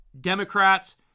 Democrats